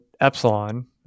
epsilon